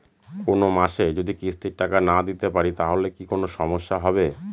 কোনমাসে যদি কিস্তির টাকা না দিতে পারি তাহলে কি কোন সমস্যা হবে?